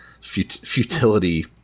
futility